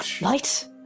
light